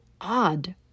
odd